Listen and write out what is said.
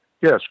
Yes